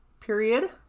period